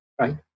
right